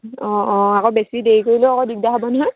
অঁ অঁ আকৌ বেছি দেৰি কৰিলেও আকৌ দিগদাৰ হ'ব নহয়